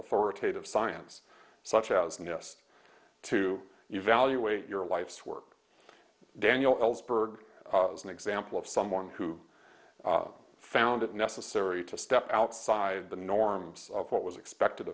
authoritative science such as in the us to evaluate your life's work daniel ellsberg as an example of someone who found it necessary to step outside the norms of what was expected